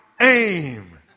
Aim